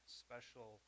special